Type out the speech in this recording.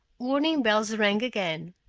warning bells rang again.